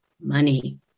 money